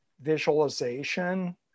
visualization